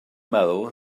meddwl